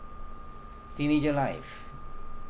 teenager life